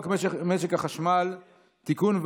משק החשמל (תיקון,